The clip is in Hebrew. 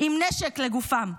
עם נשק לגופם.